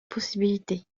possibilité